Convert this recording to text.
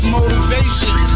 motivation